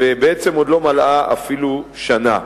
ובעצם עוד לא מלאה אפילו שנה.